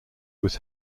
was